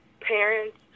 parents